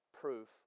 proof